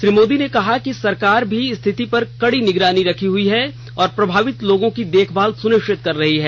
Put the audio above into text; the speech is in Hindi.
श्री मोदी ने कहा कि सरकार भी स्थिति पर कड़ी निगरानी रख रही है और प्रभावित लोगों की देखभाल सुनिश्चित कर रही है